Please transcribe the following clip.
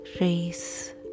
race